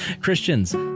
Christians